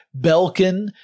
Belkin